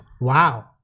Wow